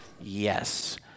Yes